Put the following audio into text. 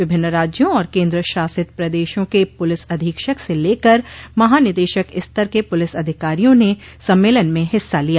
विभिन्न राज्यों और केन्द्र शासित प्रदेशों के पुलिस अधीक्षक से लेकर महानिदेशक स्तर के पलिस अधिकारियों ने सम्मेलन में हिस्सा लिया